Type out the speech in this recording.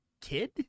Kid